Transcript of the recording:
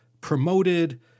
promoted